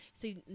See